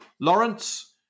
Lawrence